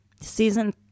season